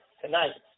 tonight